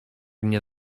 mnie